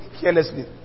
carelessly